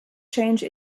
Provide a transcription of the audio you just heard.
change